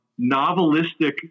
novelistic